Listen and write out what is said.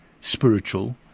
spiritual